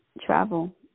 travel